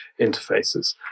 interfaces